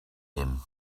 him